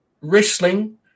wrestling